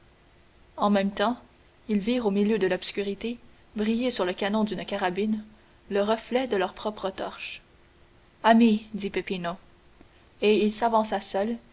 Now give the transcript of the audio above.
en même temps ils virent au milieu de l'obscurité briller sur le canon d'une carabine le reflet de leur propre torche ami dit peppino et il s'avança seul